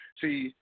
See